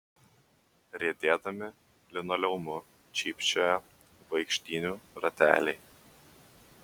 riedėdami linoleumu cypčioja vaikštynių rateliai